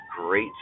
great